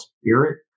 spirit